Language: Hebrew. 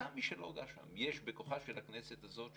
גם מי שלא גר שם יש בכוחה של הכנסת הזאת,